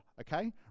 okay